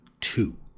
two